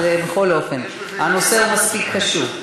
בכל אופן, הנושא מספיק חשוב.